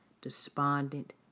despondent